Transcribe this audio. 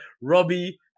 Robbie